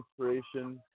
inspiration